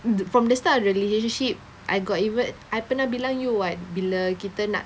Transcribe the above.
from the start of the relationship I got even I pernah bilang you [what] bila kita nak